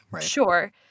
Sure